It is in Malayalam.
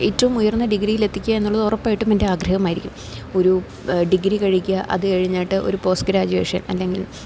ഏറ്റവും ഉയർന്ന ഡിഗ്രയിലെത്തിക്കുക എന്നുള്ളത് ഉറപ്പായിട്ടും എൻ്റെ ആഗ്രഹമായിരിക്കും ഒരു ഡിഗ്രി കഴിയിക്കുക അതുകഴിഞ്ഞിട്ട് ഒരു പോസ്റ്റ് ഗ്രാജുവേഷൻ അല്ലെങ്കിൽ